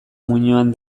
muinoan